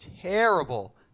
terrible